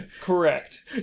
Correct